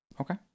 Okay